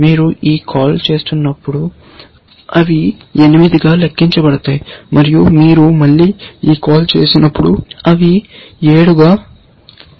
మీరు ఈ కాల్ చేసినప్పుడు అవి 8 గా లెక్కించబడతాయి మరియు మీరు మళ్ళీ ఈ కాల్ చేసినప్పుడు అవి 7 గా లెక్కించబడతాయి